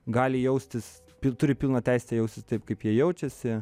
gali jaustis turi pilną teisę jaustis taip kaip jie jaučiasi